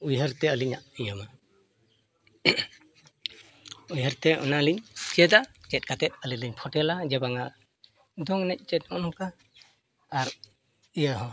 ᱩᱭᱦᱟᱹᱨᱛᱮ ᱟᱹᱞᱤᱧᱟ ᱧᱟᱢᱟ ᱩᱭᱦᱟᱹᱨᱛ ᱚᱱᱟᱞᱤᱧ ᱪᱮᱫᱟ ᱪᱮᱫ ᱠᱟᱛᱮᱫ ᱟᱹᱞᱤᱧ ᱞᱤᱧ ᱯᱷᱳᱴᱮᱞᱟ ᱡᱮ ᱵᱟᱝᱟ ᱫᱚᱝ ᱮᱱᱮᱡ ᱪᱮᱫ ᱱᱚᱜᱼᱚᱸᱭ ᱱᱚᱝᱠᱟ ᱟᱨ ᱤᱭᱟᱹ ᱦᱚᱸ